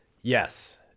yes